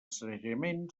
sanejament